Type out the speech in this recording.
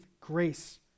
grace